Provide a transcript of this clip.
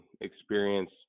experience